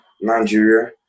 Nigeria